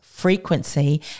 frequency